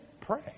Pray